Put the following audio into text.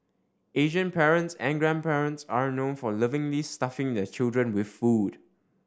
Asian parents and grandparents are known for lovingly stuffing their children with food